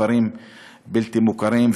כפרים בלתי מוכרים,